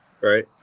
Right